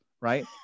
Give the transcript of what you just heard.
Right